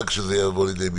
לכן אני מפריע לך,